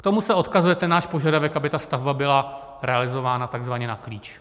K tomu se odkazuje náš požadavek, aby stavba byla realizována takzvaně na klíč.